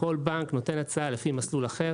וכל בנק נותן הצעה לפי מסלול אחר.